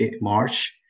March